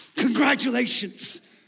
Congratulations